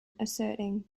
asserting